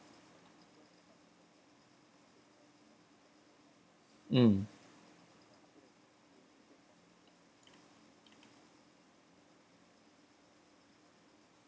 mm